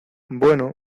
bueno